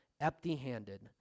empty-handed